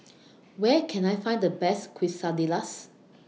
Where Can I Find The Best Quesadillas